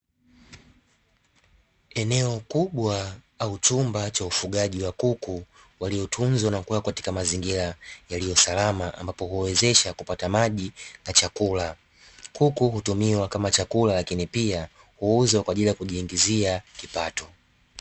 Eneo kubwa au chumba cha ufugaji wa kuku, waliotunzwa na kuwa katika mazingira yaliyo salama ambapo huwawezesha kupata maji na chakula, kuku hutumiwa kama chakula lakini pia huuzwa kwa ajili ya kujiingizia kipato.